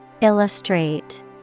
Illustrate